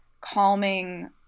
calming